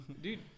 dude